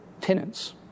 tenants